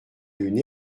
une